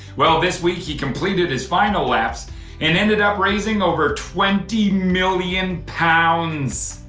well, this week he completed his final laps and ended up raising over twenty million pounds.